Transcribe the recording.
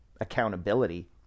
accountability